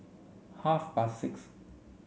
half past six